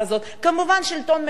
כמובן השלטון המקומי.